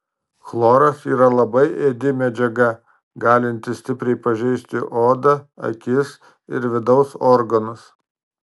chloras yra labai ėdi medžiaga galinti stipriai pažeisti odą akis ir vidaus organus